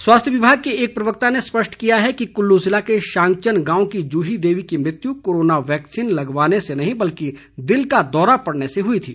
जुही देवी स्वास्थ्य विभाग के एक प्रवक्ता ने स्पष्ट किया है कि कुल्लू जिले के शांगचन गांव की जूही देवी की मृत्यु कोरोना वैक्सीन लगाने से नहीं बल्कि दिल का दौरा पड़ने से हुई थी